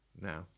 Now